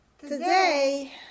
today